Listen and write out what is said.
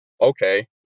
Okay